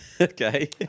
Okay